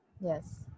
yes